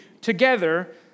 together